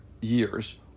years